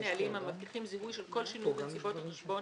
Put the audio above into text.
נהלים המבטיחים זיהוי של כל שינוי בנסיבות החשבון